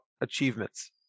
achievements